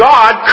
God